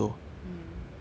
mm